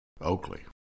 oakley